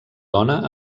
dona